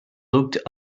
looked